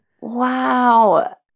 Wow